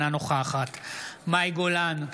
אינה נוכחת מאי גולן,